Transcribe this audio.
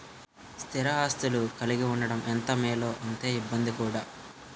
స్థిర ఆస్తులు కలిగి ఉండడం ఎంత మేలో అంతే ఇబ్బంది కూడా